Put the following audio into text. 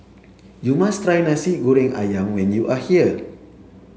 you must try Nasi Goreng Ayam when you are here